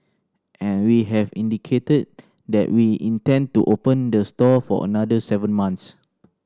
and we have indicated that we intend to open the store for another seven months